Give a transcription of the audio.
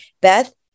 Beth